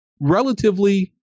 relatively